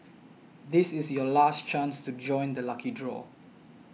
this is your last chance to join the lucky draw